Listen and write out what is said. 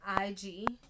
IG